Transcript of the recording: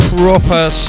proper